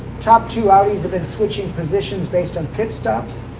top two audis have been switching positions based on pit stops.